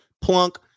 plunk